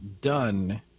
done